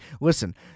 Listen